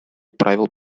правил